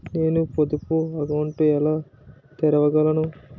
నేను పొదుపు అకౌంట్ను ఎలా తెరవగలను?